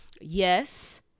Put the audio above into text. yes